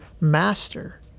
master